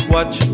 Watch